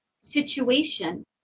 situation